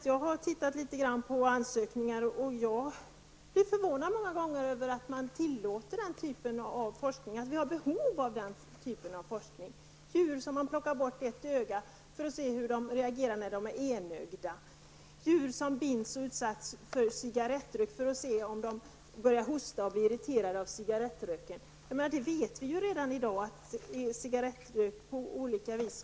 Jag har tittat på några ansökningar, och jag blev förvånad över att man tillåter den här typen av forskning och att man har behov av den. En del djurförsök innebär t.ex. att man plockar bort ett öga för att se hur djuren reagerar när de är enögda. Det finns djur som binds fast och utsätts för cigarettrök för att man skall kunna se om de börjar hosta och blir irriterade av röken. Vi vet ju redan i dag att cigarettrök är skadligt.